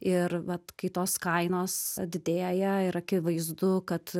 ir vat kai tos kainos didėja ir akivaizdu kad